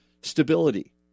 stability